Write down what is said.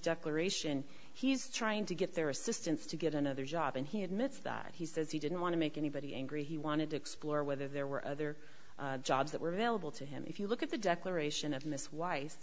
declaration he's trying to get their assistance to get another job and he admits that he says he didn't want to make anybody angry he wanted to explore whether there were other jobs that were available to him if you look at the declaration of miss weiss